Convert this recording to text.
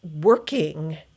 working